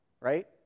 right